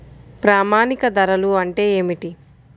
ప్రామాణిక ధరలు అంటే ఏమిటీ?